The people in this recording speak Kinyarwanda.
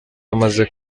bamaze